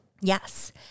Yes